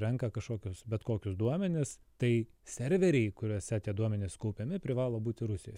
renka kažkokius bet kokius duomenis tai serveriai kuriuose tie duomenys kaupiami privalo būti rusijoj